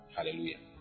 Hallelujah